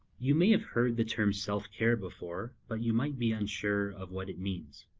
you may have heard the term self-care before but you might be unsure of what it means.